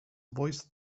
voice